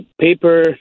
paper